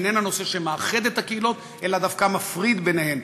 איננה נושא שמאחד את הקהילות אלא דווקא מפריד ביניהן.